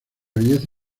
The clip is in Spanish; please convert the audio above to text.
belleza